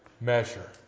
measure